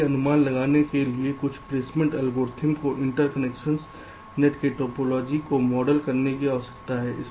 इसलिए अनुमान लगाने के लिए कुछ प्लेसमेंट एल्गोरिदम को इंटरकनेक्शन नेट के टोपोलॉजी को मॉडल करने की आवश्यकता है